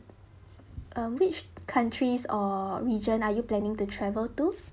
um which countries or region are you planning to travel to